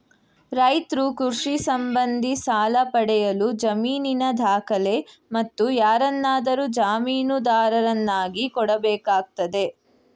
ರೈತ್ರು ಕೃಷಿ ಸಂಬಂಧಿ ಸಾಲ ಪಡೆಯಲು ಜಮೀನಿನ ದಾಖಲೆ, ಮತ್ತು ಯಾರನ್ನಾದರೂ ಜಾಮೀನುದಾರರನ್ನಾಗಿ ಕೊಡಬೇಕಾಗ್ತದೆ